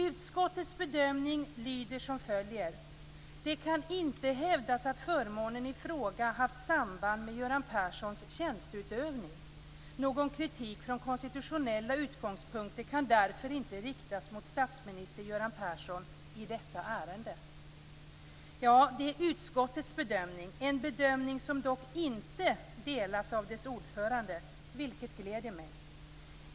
Utskottets bedömning lyder som följer: "Det kan inte hävdas att förmånen i fråga haft samband med Göran Perssons tjänsteutövning. Någon kritik från konstitutionella utgångspunkter kan därför inte riktas mot statsminister Göran Persson i detta ärende." Ja, det är utskottets bedömning - en bedömning som dock inte delas av dess ordförande, vilket gläder mig.